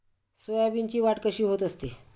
सोयाबीनची वाढ कशी होत असते?